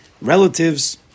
relatives